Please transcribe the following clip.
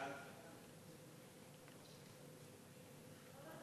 ההצעה להעביר את הצעת חוק הבטחת